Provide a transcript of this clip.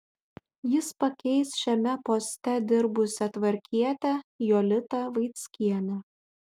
jis pakeis šiame poste dirbusią tvarkietę jolitą vaickienę